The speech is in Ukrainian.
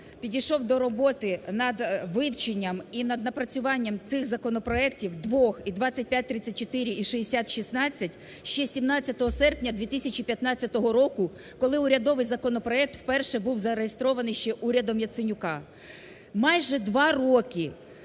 підійшов до роботи над вивченням і над напрацюванням цих законопроектів двох і 2534, і 6016 ще 17 серпня 2015 року, коли урядовий законопроект вперше був зареєстрований ще урядом Яценюка. Майже два роки.